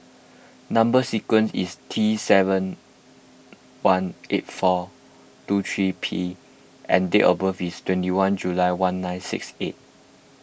Number Sequence is T seven one eight four two three P and date of birth is twenty one July one nine six eight